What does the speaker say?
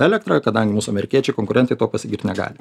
elektrą kadangi mūsų amerikiečiai konkurentai tuo pasigirt negali